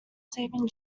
saving